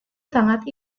sangat